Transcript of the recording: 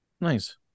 Nice